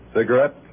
Cigarette